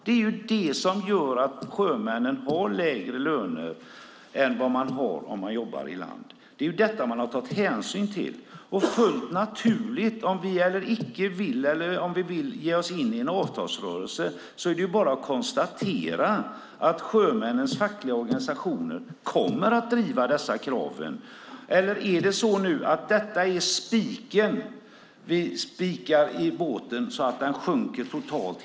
Det är ju detta som gör att sjömännen har lägre löner än de som jobbar i land. Det är detta man har tagit hänsyn till, och fullt naturligt. Oavsett om vi vill eller icke vill ge oss in i en valrörelse är det bara att konstatera att sjömännens fackliga organisationer kommer att driva dessa krav. Eller är det så att detta nu är spiken som vi spikar i båten så att den sjunker totalt?